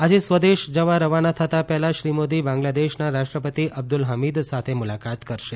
સાંજે સ્વદેશ જવા રવાના થતાં પહેલાં શ્રી મોદી બાંગ્લાદેશના રાષ્ટ્રપતિ અબ્દલ હમીદ સાથે મુલાકાત કરશે